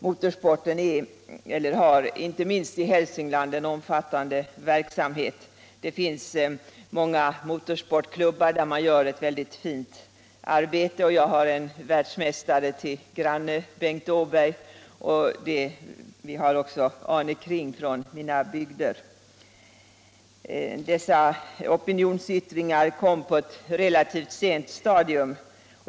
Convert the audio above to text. Motorsporten har, inte minst i Hälsingland, en omfattande verksamhet: det finns många motorsportklubbar där man utfört ett mycket fint arbete. Jag har en världsmästare, Bengt Åberg, till granne, och även Arne Kring kommer från våra bygder. Dessa opinionsyttringar kom på ett relativt sent stadium.